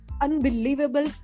unbelievable